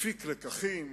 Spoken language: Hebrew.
הפיק לקחים,